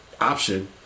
option